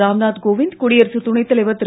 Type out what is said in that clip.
ராம்நாத் கோவிந்த் குடியரசுத் துணைத் தலைவர் திரு